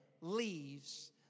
leaves